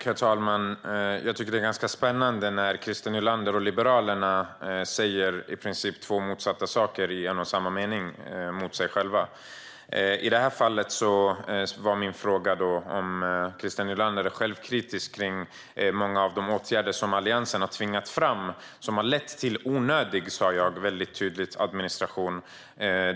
Herr talman! Jag tycker att det är ganska spännande när Christer Nylander och Liberalerna säger två motsatta saker i en och samma mening. I det här fallet var min fråga om Christer Nylander är självkritisk mot många av de åtgärder som Alliansen har tvingat fram som har lett till onödig , sa jag tydligt, administration.